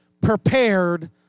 prepared